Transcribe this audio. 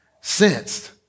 sensed